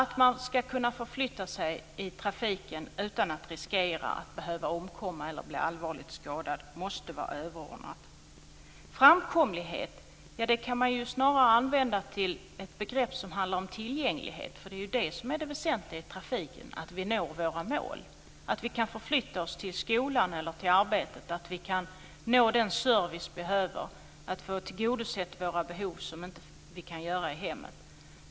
Att man ska kunna förflytta sig i trafiken utan att riskera att behöva omkomma eller bli allvarligt skadad måste vara överordnat. Framkomlighet kan man snarare använda till ett begrepp som handlar om tillgänglighet. Det är ju det som är det väsentliga i trafiken, att vi når våra mål, att vi kan förflytta oss till skolan eller till arbetet, att vi kan nå den service vi behöver, få de behov tillgodosedda som vi inte kan få i hemmen.